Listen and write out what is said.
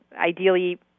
ideally